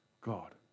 God